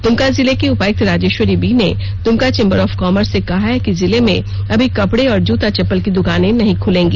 द्वमका जिले की उपायुक्त राजेश्वरी बी ने दुमका चेंबर ऑफ कॉमर्स से कहा है कि जिले में ैअमी कपड़े और जूता चप्पल की दुकाने नहीं खुलेंगी